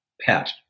pet